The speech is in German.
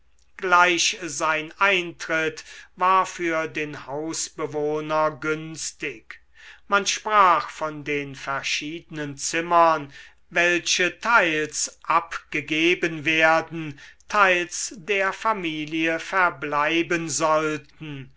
gleich sein eintritt war für den hausbewohner günstig man sprach von den verschiedenen zimmern welche teils abgegeben werden teils der familie verbleiben sollten